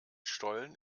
stollen